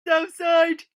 outside